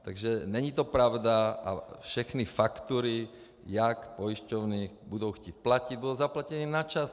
Takže není to pravda a všechny faktury, jak pojišťovny budou chtít platit, budou zaplaceny včas.